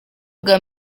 bwa